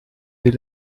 dès